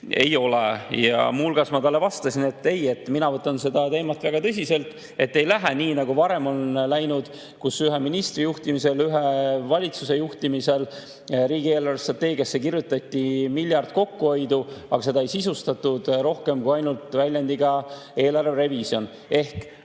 ei ole. Ja ma muu hulgas vastasin talle, et mina võtan seda teemat väga tõsiselt ja ei lähe nii, nagu varem on läinud, kus ühe ministri juhtimisel, ühe valitsuse juhtimisel riigi eelarvestrateegiasse kirjutati miljard kokkuhoidu, aga seda ei sisustatud rohkem kui ainult väljendiga "eelarve revisjon".